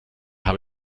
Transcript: habe